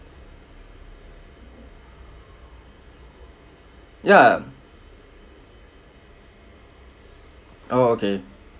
ya oh okay